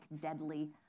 deadly